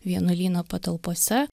vienuolyno patalpose